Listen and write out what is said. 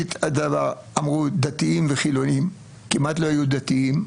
אמרו דתיים וחילוניים, אבל כמעט לא היו דתיים.